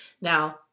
Now